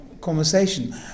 conversation